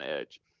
edge